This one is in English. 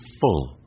full